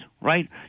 right